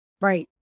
Right